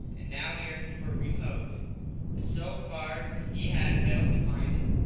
and now yearned for repose but so far he had failed to find it,